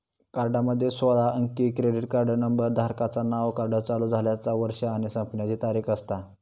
कार्डामध्ये सोळा अंकी क्रेडिट कार्ड नंबर, धारकाचा नाव, कार्ड चालू झाल्याचा वर्ष आणि संपण्याची तारीख असता